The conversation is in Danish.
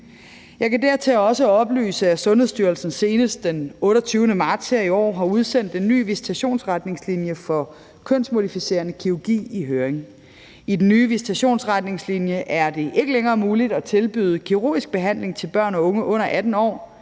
Jeg kan dertil også oplyse, at Sundhedsstyrelsen senest den 28. marts her i år har udsendt en ny visitationsretningslinje for kønsmodificerende kirurgi i høring . I den nye visitationsretningslinje er det ikke længere muligt at tilbyde kirurgisk behandling til børn og unge under 18 år.